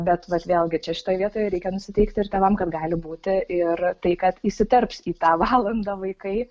bet vat vėlgi čia šitoj vietoje reikia nusiteikti ir tėvam kad gali būti ir tai kad įsiterps į tą valandą vaikai